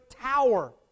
tower